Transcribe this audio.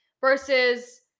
versus